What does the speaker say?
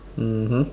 mmhmm